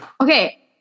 Okay